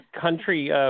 country